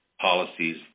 policies